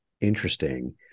interesting